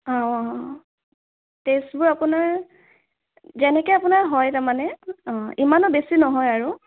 অঁ অঁ অঁ টেষ্টবোৰ আপোনাৰ যেনেকৈ আপোনাৰ হয় তাৰমানে অঁ ইমানো বেছি নহয় আৰু